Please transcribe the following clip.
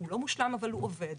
מושלם אבל הוא עובד.